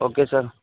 okay sir